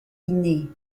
inné